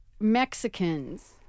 Mexicans